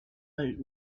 about